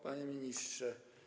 Panie Ministrze!